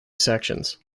sections